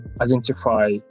identify